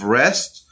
rest